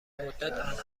مدت